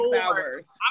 hours